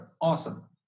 Awesome